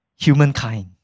humankind